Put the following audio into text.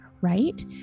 right